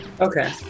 Okay